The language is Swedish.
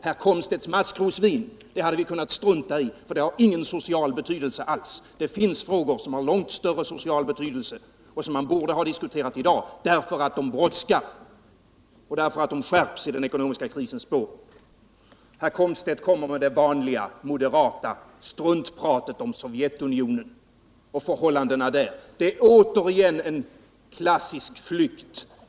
Herr Komstedts maskrosvin hade vi kunnat strunta i, för det har ingen social betydelse alls. Det finns frågor som har långt större social betydelse och som man borde ha diskuterat i dag, därför att de brådskar och därför att de skärps i den ekonomiska krisens spår. Herr Komstedt kommer med det vanliga moderata struntpratet om Sovjetunionen och förhållandena där. Det är återigen en klassisk flykt.